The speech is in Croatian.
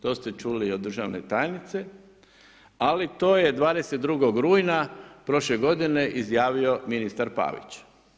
To ste čuli od državne tajnice, ali to je 22. rujna prošle godine izjavio ministar Pavić.